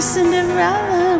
Cinderella